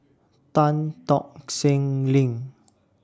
Tan Tock Seng LINK